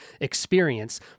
experience